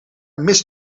mist